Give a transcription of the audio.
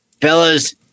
Fellas